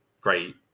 Great